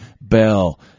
Bell